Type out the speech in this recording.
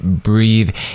Breathe